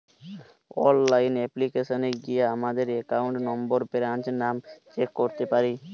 online অ্যাপ্লিকেশানে গিয়া আমাদের একাউন্ট নম্বর, ব্রাঞ্চ নাম চেক করতে পারি